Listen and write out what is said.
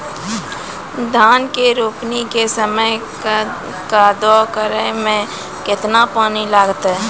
धान के रोपणी के समय कदौ करै मे केतना पानी लागतै?